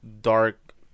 dark